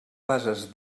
bases